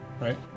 right